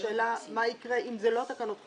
השאלה מה יקרה אם זה לא תקנות חובה?